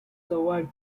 survived